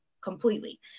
completely